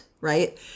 right